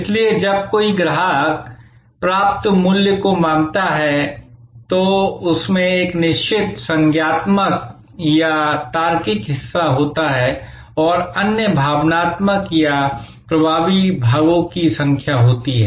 इसलिए जब कोई ग्राहक प्राप्त मूल्य को मानता है तो उसमें एक निश्चित संज्ञानात्मक या तार्किक हिस्सा होता है और अन्य भावनात्मक या प्रभावी भागों की संख्या होती है